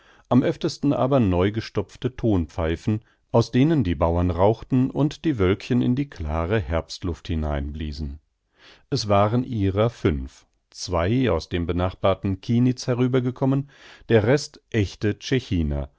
am öftesten aber neugestopfte thonpfeifen aus denen die bauern rauchten und die wölkchen in die klare herbstluft hineinbliesen es waren ihrer fünf zwei aus dem benachbarten kienitz herübergekommen der rest echte